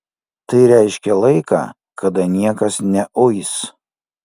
tai reiškė laiką kada niekas neuis